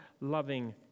loving